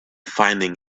finding